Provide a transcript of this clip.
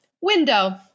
window